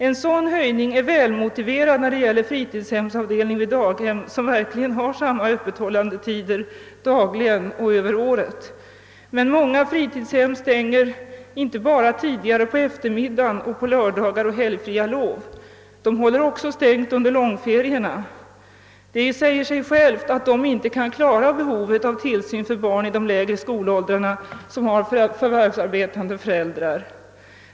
En sådan höjning är välmotiverad när det gäller sådana fritidshemsavdelningar vid daghem, vilka verkligen har samma öppethållandetider dagligen och över hela året. Många fritidshem stänger emellertid inte bara tidigare på eftermiddagar, på lördagar och på helgfria lovdagar utan håller också stängt under långferierna. Det säger sig självt att dessa fritidshem inte kan klara behovet av tillsyn för sådana barn i de lägre skolåldrarna vilka har förvärvsarbetande föräldrar.